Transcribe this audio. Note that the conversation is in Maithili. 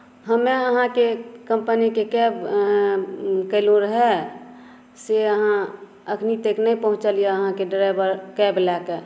हमे अहाँके कम्पनीके कैब केलहुँ रहय से अहाँ अभी तक नहि पहुँचलियै यऽ अहाँके ड्राइवर कैब लेकऽ